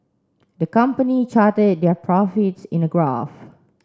the company charted their profits in a graph